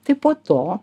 tai po to